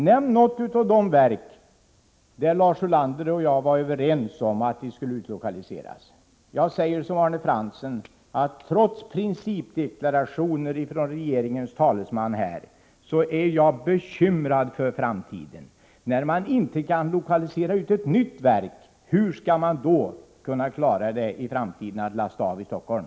Nämn något av de verk som Lars Ulander och jag var överens om skulle utlokaliseras. Jag vill instämma i vad Arne Fransson sade. Trots principdeklarationer från regeringens talesman i dessa frågor, är jag bekymrad för framtiden. När man inte kan lokalisera ut ett nytt verk, hur skall man då i framtiden kunna klara att avlasta Stockholm?